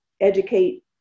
educate